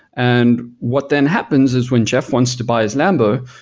and what then happens is when jeff wants to buy his lambo,